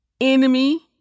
enemy